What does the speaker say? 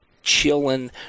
chilling